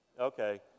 Okay